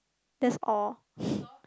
that's all